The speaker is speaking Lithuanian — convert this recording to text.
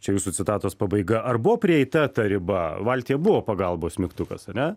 čia jūsų citatos pabaiga ar buvo prieita ta riba valtyje buvo pagalbos mygtukas ane